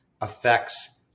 affects